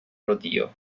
rodeo